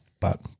but-